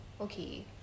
okay